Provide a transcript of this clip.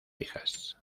hijas